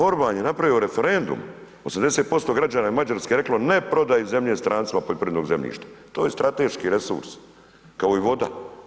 Orban je napravio referendum, 80% građana Mađarske je reklo ne prodaji zemlje strancima poljoprivrednog zemljišta, to je strateški resurs kao i voda.